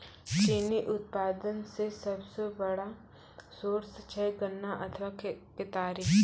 चीनी उत्पादन के सबसो बड़ो सोर्स छै गन्ना अथवा केतारी